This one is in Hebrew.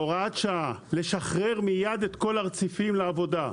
א' בהוראת שעה לשחרר מיד את כל הרציפים לעבודה.